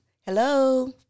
Hello